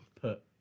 put